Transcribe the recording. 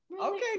okay